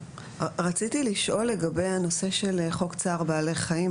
רציתי לשאול לגבי הנושא של חוק צער בעלי חיים,